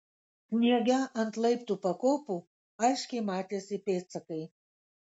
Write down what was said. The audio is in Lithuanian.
sniege ant laiptų pakopų aiškiai matėsi pėdsakai